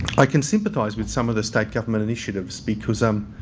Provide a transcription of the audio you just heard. i can sympathise with some of the state government initiatives because um